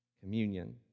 communion